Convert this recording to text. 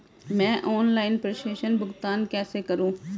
मैं ऑनलाइन प्रेषण भुगतान कैसे करूँ?